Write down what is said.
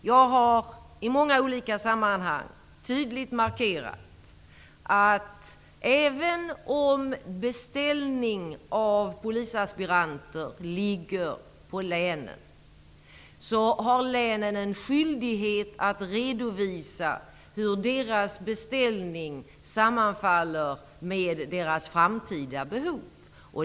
Jag har i många olika sammanhang tydligt markerat att länen har en skyldighet att redovisa hur deras beställning av polisaspiranter sammanfaller med deras framtida behov, även om ansvaret för beställning ligger hos dem.